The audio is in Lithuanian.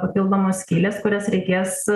papildomos skyles kurias reikės